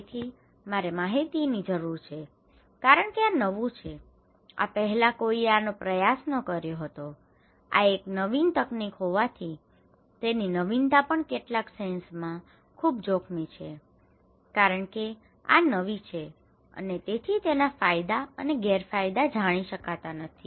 તેથી મારે માહિતીની જરૂર છે કારણ કે આ નવું છે આ પહેલાં કોઈએ આનો પ્રયાસ કર્યો ન હતો આ એક નવીન તકનીક હોવાથી તેની નવીનતા પણ કેટલાક સેન્સમાં sense અર્થ ખૂબ જોખમી છે કારણ કે આ નવી છે અને તેથી તેના ફાયદા અને ગેરફાયદા જાણી શકાતા નથી